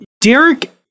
Derek